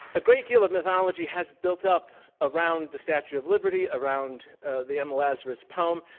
a great deal of mythology has built up around the statue of liberty, around ah the emma lazarus poem,